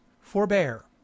forbear